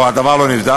או שהדבר לא נבדק,